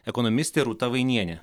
ekonomistė rūta vainienė